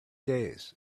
days